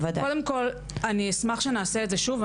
קודם כל אני אשמח שנעשה את זה שוב,